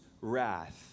wrath